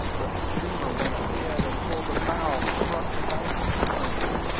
but the steamer went ahead until the bow struck the bank of the stream.